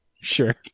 Sure